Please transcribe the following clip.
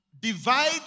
divide